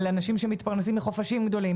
על אנשים שמתפרנסים מחופשים גדולים,